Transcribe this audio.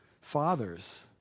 Fathers